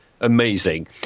Amazing